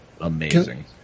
amazing